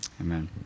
Amen